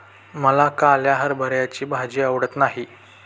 मला काळ्या हरभऱ्याची भाजी आवडत नाही